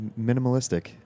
minimalistic